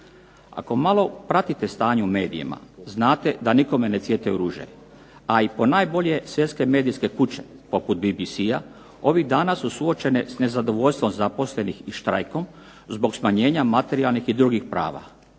Ako malo pratite stanje u medijima znate da nikome ne cvjetaju ruže, a i ponajbolje svjetske medijske kuće poput BBC-a ovih dana su suočene sa nezadovoljstvom zaposlenih i štrajkom zbog smanjenja materijalnih i drugih prava.